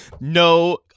no